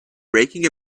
breaking